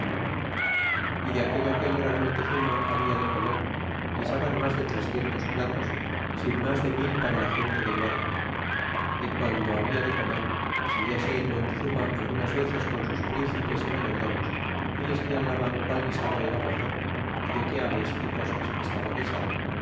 e de aquello que el gran montezuma había de comer guisaban mas de trescientos platos sin mas de mil para la gente de guarda y guando habla de comer salíase el montezuma algunas veces con sus principales y mayordomos y le señalaban qual guisado era mejor é de qué aves é cosas estaba guisado